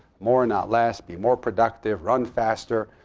more, not less. be more productive. run faster.